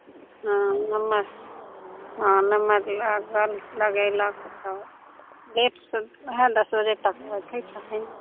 हँ नम्बर हँ नम्बर लागल लगेलक तऽ गेट तऽ वएह दस बजे तक बैठै छथिन